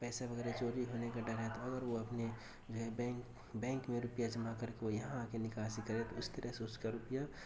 پیسے وغیرہ چوری ہونے کا ڈر ہے تو اگر وہ اپنے جو بینک میں روپیہ جمع کر کے وہ یہاں کے نکاسی کرے تو اس طرح سے اس کا روپیہ